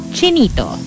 Chinito